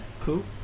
Cool